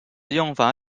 用法